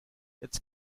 its